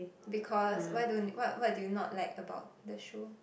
because why don't what what do you not like about the show